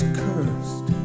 cursed